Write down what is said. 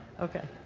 okay.